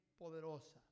poderosa